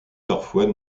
parfois